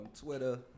Twitter